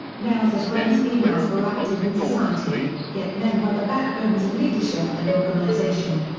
males as well as females were active in society, yet men were the backbones of leadership and organization.